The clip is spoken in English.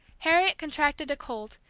harriet contracted a cold,